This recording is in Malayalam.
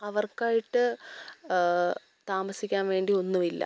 അവർക്കായിട്ട് താമസിക്കാൻ വേണ്ടി ഒന്നും ഇല്ല